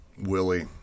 Willie